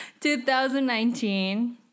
2019